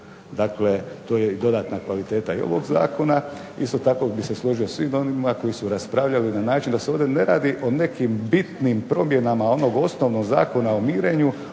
Dakle, to je kvaliteta i ovoga Zakona, isto tako bi se složio s svim onima koji su raspravljali na način da se ovdje ne radi o nekim bitnim promjenama onog osnovnog zakona o mirenju